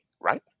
right